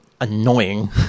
annoying